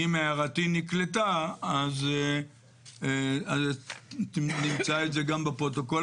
אם הערתי נקלטה, אז נמצא את זה גם בפרוטוקול.